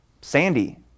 Sandy